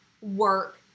work